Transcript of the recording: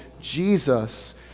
Jesus